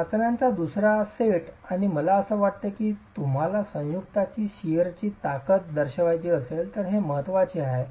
चाचण्यांचा दुसरा सेट आणि मला वाटतं की तुम्हाला संयुक्तची शिअरण्याची ताकद दर्शवायची असेल तर ते महत्त्वाचे आहे